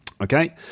Okay